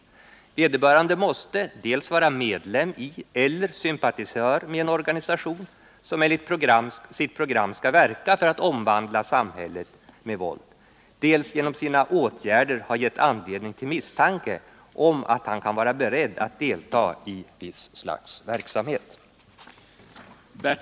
Vederbörande måste dels vara medlem i eller sympatisör med en organisation, som enligt sitt program skall verka för att omvandla samhället med våld, dels genom sina åtgärder ha givit anledning till misstanke om att han kan vara beredd att delta i visst slags verksamhet.